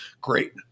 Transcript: Great